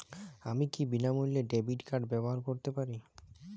আমি কি বিনামূল্যে ডেবিট কার্ড ব্যাবহার করতে পারি?